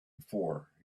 before